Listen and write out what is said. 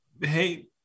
hey